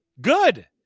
Good